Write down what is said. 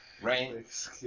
Right